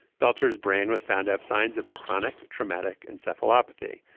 belcher's brain was found have signs of chronic traumatic encephalopathy,